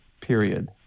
period